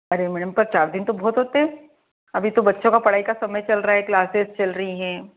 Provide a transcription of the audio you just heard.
अरे मैम पर चार दिन तो बहुत होते हैं अभी तो बच्चों का पढ़ाई का समय चल रहा है क्लासेस चल रही हैं